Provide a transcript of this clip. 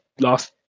last